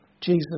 Jesus